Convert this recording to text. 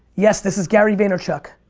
yes, this this gary vaynerchuk.